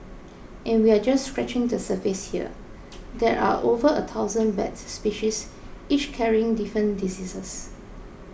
and we're just scratching the surface here there are over a thousand bat species each carrying different diseases